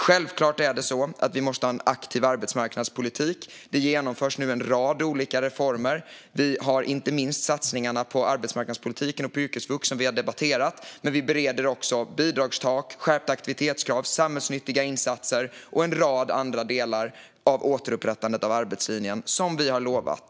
Självklart måste vi ha en aktiv arbetsmarknadspolitik. Det genomförs nu en rad olika reformer. Vi har inte minst satsningarna på arbetsmarknadspolitiken och yrkesvux, som vi har debatterat. Men vi bereder också bidragstak, skärpta aktivitetskrav, samhällsnyttiga insatser och en rad andra delar i återupprättandet av arbetslinjen som vi har lovat.